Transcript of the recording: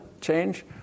change